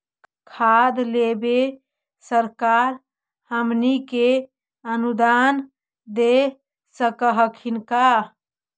खाद लेबे सरकार हमनी के अनुदान दे सकखिन हे का?